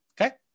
Okay